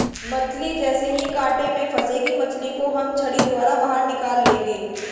मछली जैसे ही कांटे में फंसेगी मछली को हम छड़ी द्वारा बाहर निकाल लेंगे